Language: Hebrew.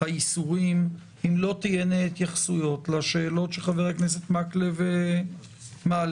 האיסורים אם לא תהיינה התייחסויות לשאלות שחבר הכנסת מקלב מעלה.